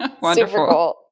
wonderful